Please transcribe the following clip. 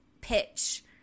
pitch